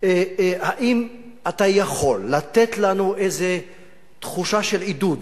אם אתה יכול לתת לנו איזה תחושה של עידוד,